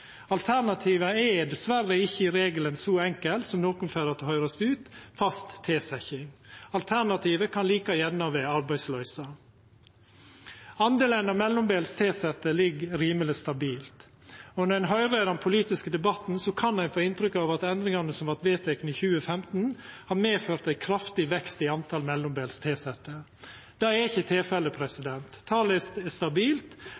Alternativet er dessverre i regelen ikkje så enkelt som nokon får det til å høyrast ut som: fast tilsetjing. Alternativet kan like gjerne vera arbeidsløyse. Delen av mellombels tilsette ligg rimeleg stabil. Når ein høyrer den politiske debatten, kan ein få inntrykk av at endringane som vart vedtekne i 2015, har medført ein kraftig vekst i talet på mellombels tilsette. Det er ikkje tilfellet. Talet er stabilt,